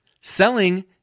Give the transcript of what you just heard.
Selling